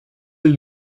del